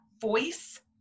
voice